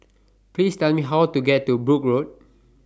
Please Tell Me How to get to Brooke Road